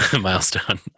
milestone